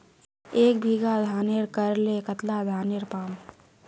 एक बीघा धानेर करले कतला धानेर पाम?